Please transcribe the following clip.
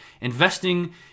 Investing